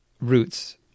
roots